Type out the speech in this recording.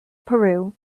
peru